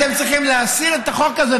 אתם צריכים להסיר את החוק הזה.